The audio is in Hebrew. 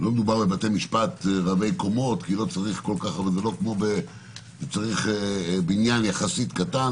לא מדובר בבתי משפט רבי קומות כי לא צריך צריך בניין יחסית קטן,